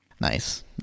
Nice